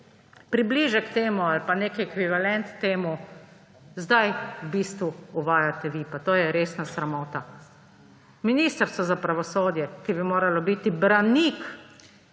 približek ali pa nek ekvivalent temu zdaj v bistvu uvajate vi. Pa to je resna sramota. Ministrstvo za pravosodje, ki bi moralo biti branik